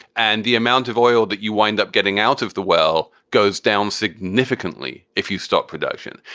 and the amount of oil that you wind up getting out of the well goes down significantly if you stop production.